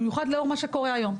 במיוחד לאור מה שקורה היום.